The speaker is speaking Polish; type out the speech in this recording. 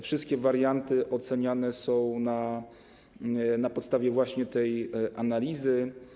Wszystkie warianty oceniane są na podstawie właśnie tej analizy.